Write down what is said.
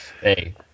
hey